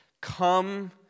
come